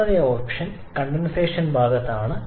മൂന്നാമത്തെ option condenser ഭാഗത്താണ്